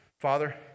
Father